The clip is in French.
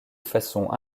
façon